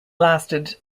lasted